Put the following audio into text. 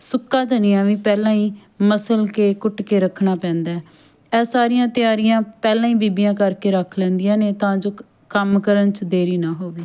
ਸੁੱਕਾ ਧਨੀਆ ਵੀ ਪਹਿਲਾਂ ਹੀ ਮਸਲ ਕੇ ਕੁੱਟ ਕੇ ਰੱਖਣਾ ਪੈਂਦਾ ਇਹ ਸਾਰੀਆਂ ਤਿਆਰੀਆਂ ਪਹਿਲਾਂ ਹੀ ਬੀਬੀਆਂ ਕਰਕੇ ਰੱਖ ਲੈਂਦੀਆਂ ਨੇ ਤਾਂ ਜੋ ਕ ਕੰਮ ਕਰਨ 'ਚ ਦੇਰੀ ਨਾ ਹੋਵੇ